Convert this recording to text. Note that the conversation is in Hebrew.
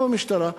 עם המשטרה.